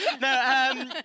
No